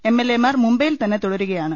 എംഎൽഎമാർ മുംബൈയിൽ തന്നെ തുടരുകയാണ്